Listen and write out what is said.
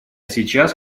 сейчас